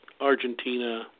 Argentina